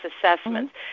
assessments